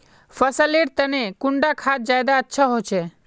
फसल लेर तने कुंडा खाद ज्यादा अच्छा होचे?